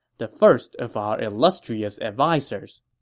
the first of our illustrious advisers.